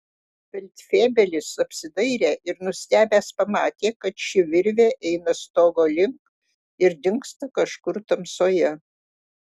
feldfebelis apsidairė ir nustebęs pamatė kad ši virvė eina stogo link ir dingsta kažkur tamsoje